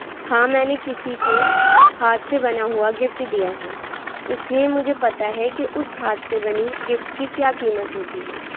ہاں میں نے کسی کو ہاتھ سے بنا ہوا گفٹ دیا ہے اس لئے مجھے پتہ ہے کہ اس ہاتھ سے بنی گفٹ کیا قیمت ہوتی ہے